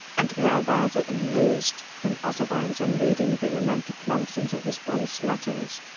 and we are rather amused than otherwise on reading the romantic nonsense of his boyish letters.